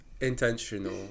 intentional